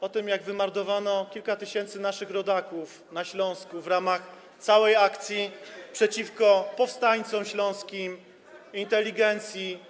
To o tym, jak wymordowano kilka tysięcy naszych rodaków na Śląsku w ramach całej akcji przeciwko powstańcom śląskim, inteligencji.